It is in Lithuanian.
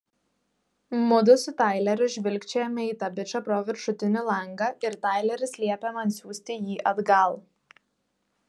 mudu su taileriu žvilgčiojame į tą bičą pro viršutinį langą ir taileris liepia man siųsti jį atgal